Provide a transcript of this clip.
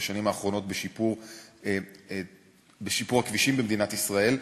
בשנים האחרונות בשיפור הכבישים במדינת ישראל,